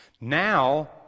Now